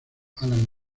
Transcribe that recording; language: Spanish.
allan